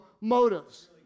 motives